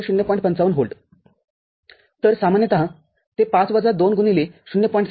५५V तर सामान्यत ते ५ वजा २ गुणिले ०